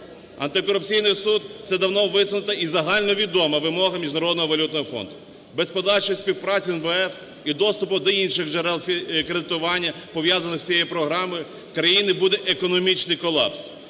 Антикорупційний суд – це давно висунута і загальновідома вимога Міжнародного валютного фонду. Без подальшої співпраці з МВФ і доступу до інших джерел кредитування, пов'язаних з цією програмою, в країні буде економічний колапс.